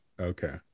okay